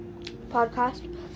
podcast